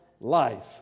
Life